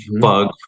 bug